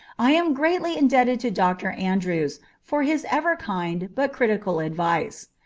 i am greatly indebted to dr. andrews for his ever kind but critical advice.